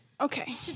Okay